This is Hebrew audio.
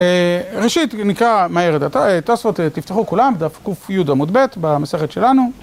ראשית נקרא מהר את תוספות תפתחו כולם בדף ק״י עמוד ב׳ במסכת שלנו